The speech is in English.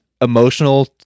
emotional